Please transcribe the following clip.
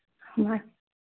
हमर